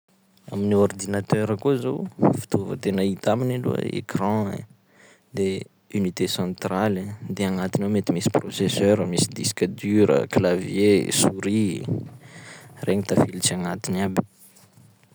Amin'ny ordinateur koa zao fitaova tena hita aminy aloha: écran ein, de unité centrale ein, de agnatiny ao mety misy processeur, misy disque dur a, clavier, souris, regny tafilitsy agnatiny aby.